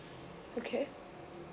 okay